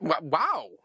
wow